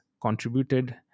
contributed